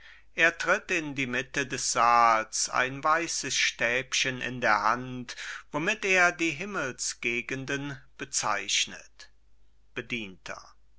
er tritt in die mitte des saals ein weißes stäbchen in der hand womit er die himmelsgegenden bezeichnet bedienter